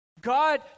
God